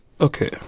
okay